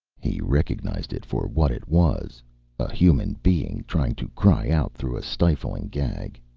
he recognized it for what it was a human being trying to cry out through a stifling gag.